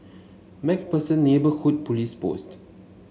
MacPherson Neighbourhood Police Post